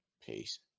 peace